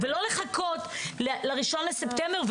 ולא לחכות ל-1 בספטמבר.